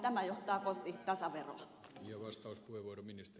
tämä johtaa kohti tasaveroa